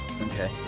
Okay